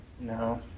No